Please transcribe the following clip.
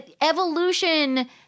Evolution